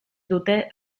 dute